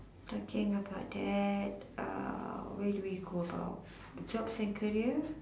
talking about that uh where do we go about jobs and career